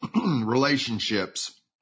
relationships